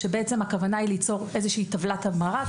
כאשר הכוונה היא ליצור איזושהי טבלת המרה,